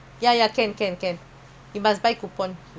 is common ah